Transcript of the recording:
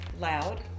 Loud